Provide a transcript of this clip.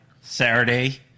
Saturday